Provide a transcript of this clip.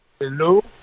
Hello